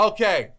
Okay